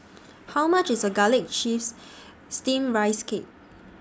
How much IS Garlic Chives Steamed Rice Cake